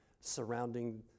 surrounding